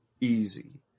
easy